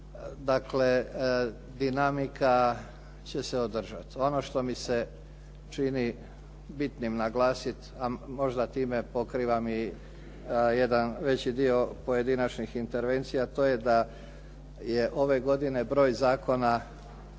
Dakle, dinamika će se održati. Ono što mi se čini bitnim naglasiti, a možda time pokrivam i jedan veći dio pojedinačnih intervencija, a to je da je ove godine broj zakona